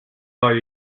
are